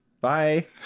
bye